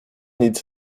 nic